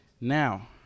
Now